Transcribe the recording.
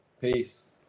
Peace